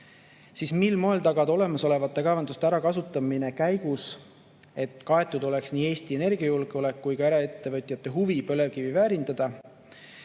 moel tagada olemasolevate kaevanduste ära kasutamise käigus, et kaetud oleks nii Eesti energiajulgeolek kui ka eraettevõtjate huvi põlevkivi väärindada?"